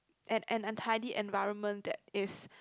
and at an untidy environment that is